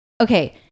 Okay